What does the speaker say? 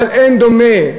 אבל אין דומה,